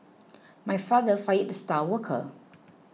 my father fired the star worker